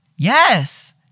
Yes